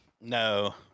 no